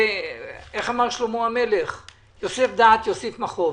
אמר "יוסיף דעת יוסיף מכאוב".